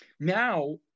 Now